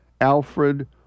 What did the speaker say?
Alfred